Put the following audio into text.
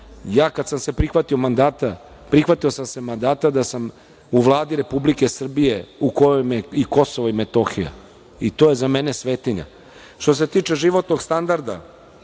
ja kad sam se prihvatio mandata, prihvatio sam se mandata da sam u Vladi Republike Srbije u kojoj je i Kosovo i Metohija, i to je za mene svetinja. Što se tiče životnog standarda